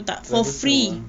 troublesome ah